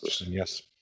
Yes